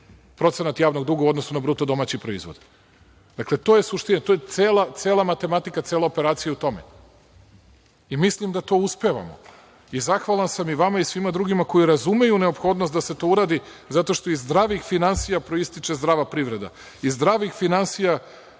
procenat javnog duga u odnosu na BDP. To je suština. To je cela matematika. Cela operacija je u tome. Mislim da to uspevamo. Zahvalan sam i vama i svima drugima koji razumeju neophodnost da se to uradi, zato što iz zdravih finansija proističe zdrava privreda. Iz zdravih javnih